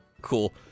Cool